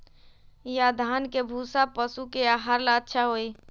या धान के भूसा पशु के आहार ला अच्छा होई?